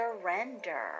surrender